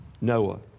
Noah